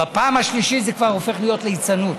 בפעם השלישית זה כבר הופך להיות ליצנות.